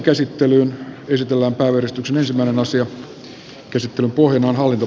käsittelyn pohjana on ulkoasiainvaliokunnan mietintö